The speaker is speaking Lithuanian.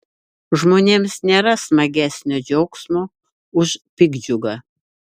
žmonėms nėra smagesnio džiaugsmo už piktdžiugą